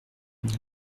dit